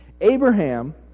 Abraham